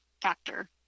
factor